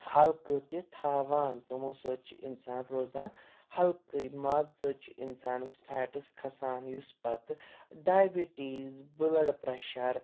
ہلکہٕ تہِ تھاوان تِمو سۭتۍ چھِ اِنسان روزان ہلکٕے مازٕ سۭتۍ چھِ اِنسانَس فیٹٕس کھَسان یُس پَتہٕ ڈایبِٹیٖز بٕلَڈ پریٚشَر